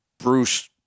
Bruce